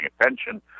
attention